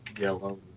yellow